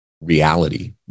reality